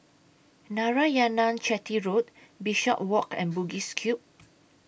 Narayanan Chetty Road Bishopswalk and Bugis Cube